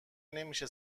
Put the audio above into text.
نمیشه